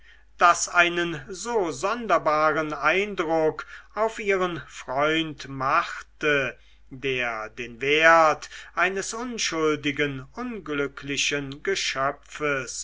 das einen so sonderbaren eindruck auf ihren freund machte der den wert eines unschuldigen unglücklichen geschöpfes